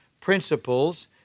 principles